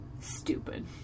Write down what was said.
stupid